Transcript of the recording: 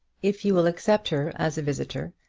if you will accept her as a visitor,